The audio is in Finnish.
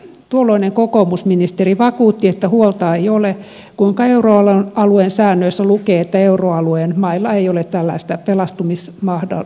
tuolloinen kokoomusministeri vakuutti että huolta ei ole kuinka euroalueen säännöissä lukee että euroalueen mailla ei ole tällaista pelastumismahdollisuutta